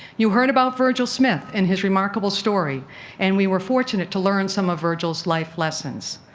you heard about virgil smith and his remarkable story and we were fortunate to learn some of virgil's life lessons.